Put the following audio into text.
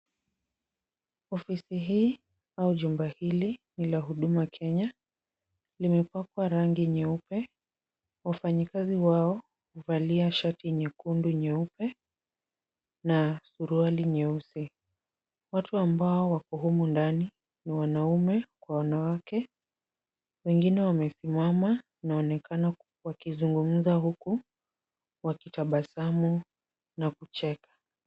Ofisi hii au jumba hili ni la Huduma Kenya. Limepakwa rangi nyeupe. Wafanyikazi wao huvalia shati nyekundu, nyeupe na suruali nyeusi. Watu ambao wako humu ndani ni wanaume kwa wanawake. Wengine wamesimama wanaonekana wakizungumza huku wakitabasamu na kucheka.